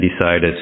decided